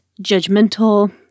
judgmental